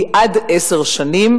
היא עד עשר שנים